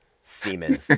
Semen